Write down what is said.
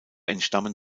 entstammen